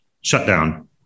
shutdown